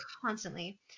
Constantly